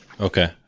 Okay